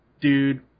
dude